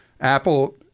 Apple